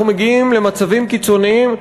אנחנו מגיעים למצבים קיצוניים.